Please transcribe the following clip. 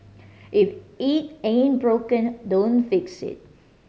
if it ain't broken don't fix it